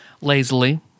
lazily